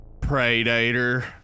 PREDATOR